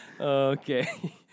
Okay